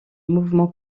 mouvement